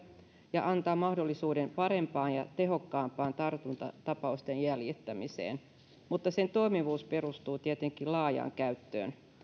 ja antaa mahdollisuuden parempaan ja tehokkaampaan tartuntatapausten jäljittämiseen mutta sen toimivuus perustuu tietenkin laajaan käyttöön